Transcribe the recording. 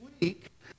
week